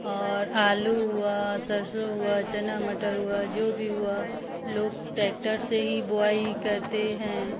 और आलू हुआ सरसों हुआ चना मटर हुआ जो भी हुआ लोग टैक्टर से ही बोआई करते हैं